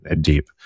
deep